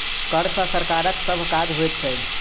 कर सॅ सरकारक सभ काज होइत छै